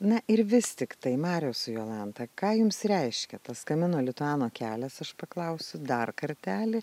na ir vis tiktai mariau su jolanta ką jums reiškia tas kamino lituano kelias aš paklausiu dar kartelį